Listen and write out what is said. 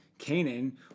Canaan